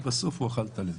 בסוף הוא אכל את הלב.